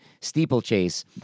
steeplechase